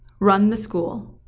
run the school.